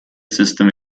system